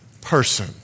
person